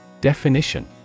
Definition